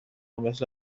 مثل